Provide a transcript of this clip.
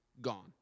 gone